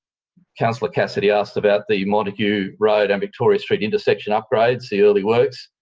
councillor cassidy asked about the montague road and victoria street intersection upgrades, the early works.